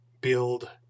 Build